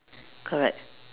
correct